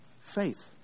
faith